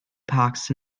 parks